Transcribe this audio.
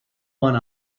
one